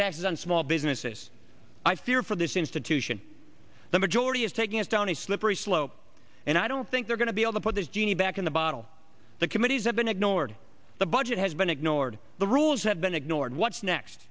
taxes on small businesses i fear for this institution the majority is taking us down a slippery slope and i don't think they're going to be able to put this genie back in the bottle the committees have been ignored the budget has been ignored the rules have been ignored what's next